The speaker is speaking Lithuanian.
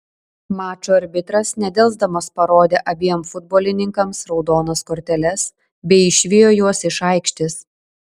mačo arbitras nedelsdamas parodė abiem futbolininkams raudonas korteles bei išvijo juos iš aikštės